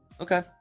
Okay